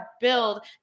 build